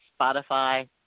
Spotify